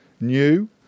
new